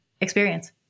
experience